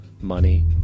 money